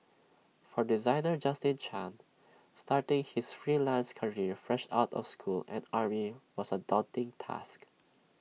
for designer Justin chan starting his freelance career fresh out of school and army was A daunting task